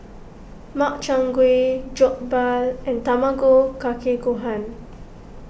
Makchang Gui Jokbal and Tamago Kake Gohan